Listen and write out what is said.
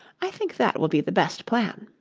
i think that will be the best plan